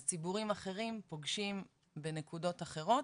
אז ציבורים אחרים פוגשים בנקודות אחרות,